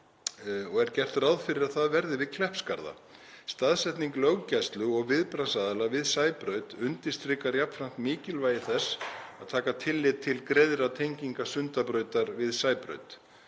og er gert ráð fyrir að það verði við Kleppsgarða. Staðsetning löggæslu- og viðbragðsaðila við Sæbraut undirstrikar jafnframt mikilvægi þess að taka tillit til greiðra tenginga Sundabrautar við Sæbraut.